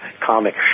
comic